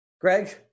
Greg